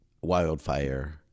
wildfire